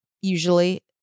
usually